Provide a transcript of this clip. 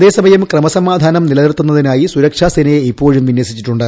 അതേസമയം ക്രമസമാധാനം പുലർത്തുന്നതിനായി സുരക്ഷാസേനയെ ഇപ്പോഴും വിന്യസിച്ചിട്ടുണ്ട്